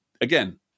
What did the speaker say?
Again